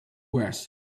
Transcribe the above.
worse